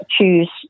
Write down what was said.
choose